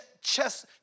Chest